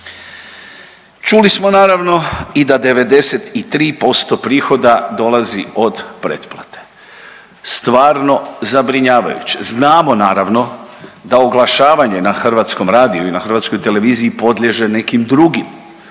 Čuli smo naravno i da 93% prihoda dolazi od pretplate, stvarno zabrinjavajuće. Znamo naravno da oglašavanje na Hrvatskom radiju i na Hrvatskoj televiziji podliježe nekim drugim